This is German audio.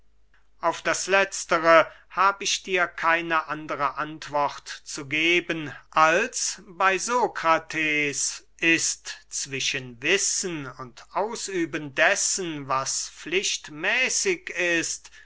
auf das letztere hab ich dir keine andere antwort zu geben als bey sokrates ist zwischen wissen und ausüben dessen was pflichtmäßig ist